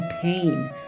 pain